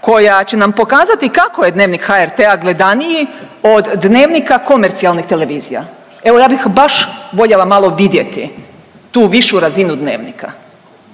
koja će nam pokazati kako je Dnevnik HRT-a gledaniji od Dnevnika komercijalnih televizija? Evo ja bih baš voljela malo vidjeti tu višu razinu Dnevnika,